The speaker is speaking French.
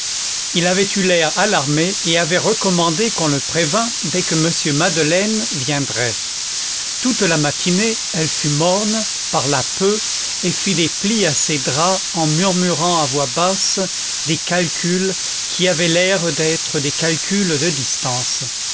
il avait eu l'air alarmé et avait recommandé qu'on le prévînt dès que m madeleine viendrait toute la matinée elle fut morne parla peu et fit des plis à ses draps en murmurant à voix basse des calculs qui avaient l'air d'être des calculs de distances